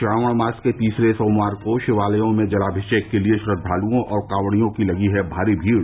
श्रावण मास के तीसरे सोमवार को शिवालयों में जलामिषेक के लिए श्रद्दालुओं और कॉवड़ियों की लगी है भारी भीड